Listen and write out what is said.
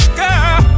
girl